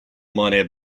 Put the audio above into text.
money